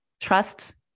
trust